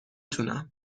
تونم